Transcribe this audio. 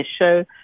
show